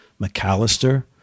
McAllister